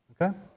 Okay